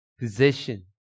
position